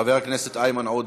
חבר הכנסת איימן עודה,